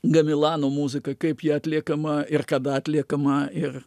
gamilano muzika kaip ji atliekama ir kada atliekama ir